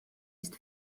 ist